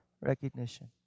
recognition